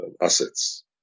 assets